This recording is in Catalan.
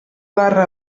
barra